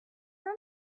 some